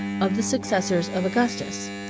of the successors of augustus.